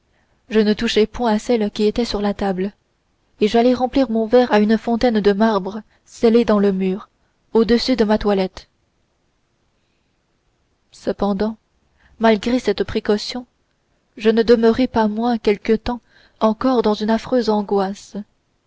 je ne touchai point à celle qui était sur la table et j'allai remplir mon verre à une fontaine de marbre scellée dans le mur au-dessus de ma toilette cependant malgré cette précaution je ne demeurai pas moins quelque temps encore dans une affreuse angoisse